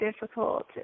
difficult